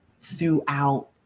throughout